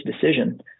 decision